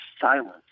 silence